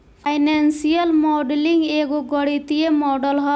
financial modelling एगो गणितीय model ह